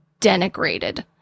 denigrated